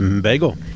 Bagel